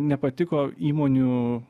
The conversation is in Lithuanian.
nepatiko įmonių